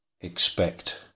expect